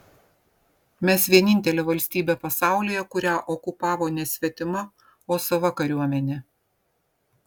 mes vienintelė valstybė pasaulyje kurią okupavo ne svetima o sava kariuomenė